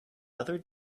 other